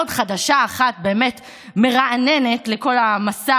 עוד חדשה אחת באמת מרעננת לכל המסע